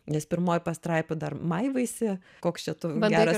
nes pirmoji pastraipa dar maivaisi koks čia tu geras